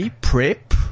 PrEP